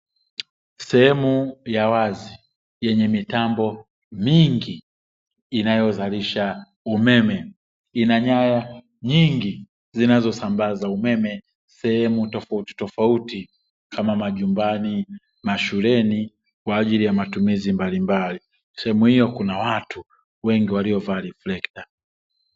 Sehemu ya wazi yenye mitambo mingi inayozalisha umeme, ina nyaya nyingi zinazosambaza umeme sehemu tofautitofauti kama: majumbani, mashuleni kwa ajili ya matumizi mbalimbali, sehemu hiyo kuna watu wengi waliovaa reflekta.